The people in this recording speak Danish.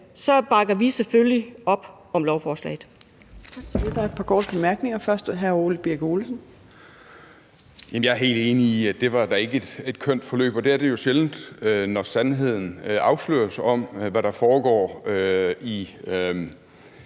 bakker vi selvfølgelig op om lovforslaget.